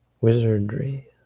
wizardry